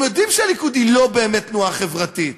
הם יודעים שהליכוד היא לא באמת תנועה חברתית.